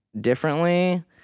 differently